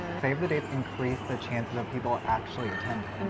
save the dates increase the chances of people actually attending.